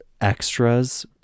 extras